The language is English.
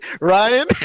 Ryan